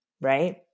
right